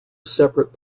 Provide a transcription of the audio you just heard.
separate